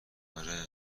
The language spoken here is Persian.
آره